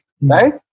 right